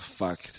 Fuck